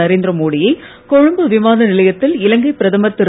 நரேந்திர மோடியை கொழும்பு விமான நிலையத்தில் இலங்கை பிரதமர் திரு